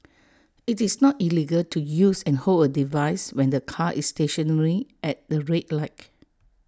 IT is not illegal to use and hold A device when the car is stationary at the red light